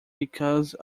because